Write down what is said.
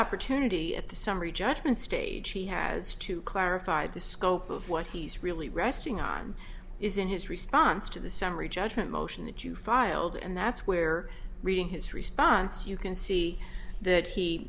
opportunity at the summary judgment stage he has to clarify the scope of what he's really resting on is in his response to the summary judgment motion that you filed and that's where reading his response you can see that he